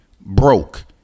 Broke